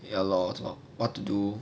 ya lor 这种 what to do